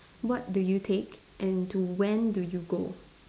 what do you take and to when do you go